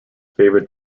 favorite